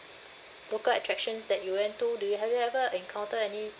local attractions that you went to do you have you ever encounter any